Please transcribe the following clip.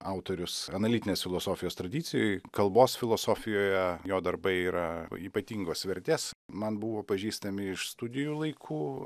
autorius analitinės filosofijos tradicijoj kalbos filosofijoje jo darbai yra ypatingos vertės man buvo pažįstami iš studijų laikų